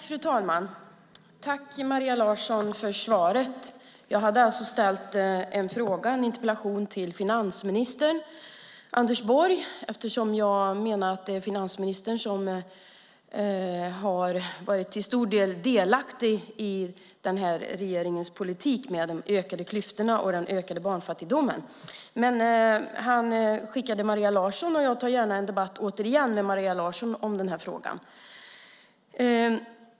Fru talman! Tack, Maria Larsson, för svaret. Jag hade alltså ställt en interpellation till finansminister Anders Borg eftersom jag menar att finansministern till stor del har varit delaktig i regeringens politik med ökade klyftor och ökad barnfattigdom. Han har nu skickat Maria Larsson. Jag tar gärna återigen en debatt med Maria Larsson i den här frågan.